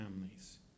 families